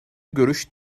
görüş